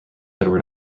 edward